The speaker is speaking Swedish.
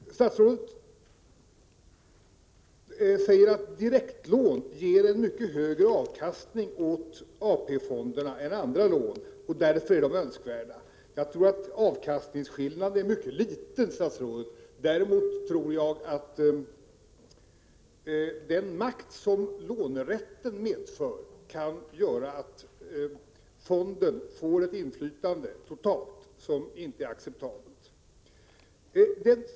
Fru talman! Statsrådet säger att direktlån ger en mycket högre avkastning åt AP-fonderna än andra lån och därför är önskvärda. Jag tror att avkastningsskillnaden är mycket liten. Däremot tror jag att den makt som lånerätten medför kan göra att fonden får ett inflytande totalt som inte är acceptabelt.